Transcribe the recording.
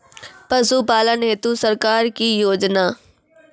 पशुपालन हेतु सरकार की योजना?